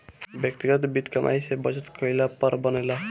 व्यक्तिगत वित्त कमाई से बचत करला पर बनेला